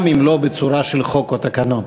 גם אם לא בצורה של חוק או תקנון.